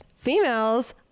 Females